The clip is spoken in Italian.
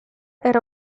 era